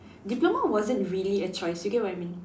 diploma wasn't really a choice you get what I mean